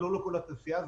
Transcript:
לא לכל התעשייה.